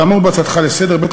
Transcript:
כאמור בהצעתך לסדר-היום,